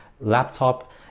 laptop